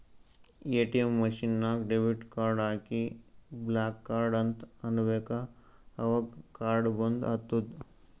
ATM machine ನಾಗ್ debit card ಹಾಕಿ block card ಅಂತ್ ಅನ್ಬೇಕ ಅವಗ್ ಕಾರ್ಡ ಬಂದ್ ಆತ್ತುದ್